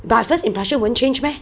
but first impression won't change meh